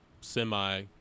semi